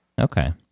Okay